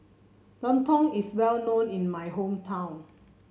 Lontong is well known in my hometown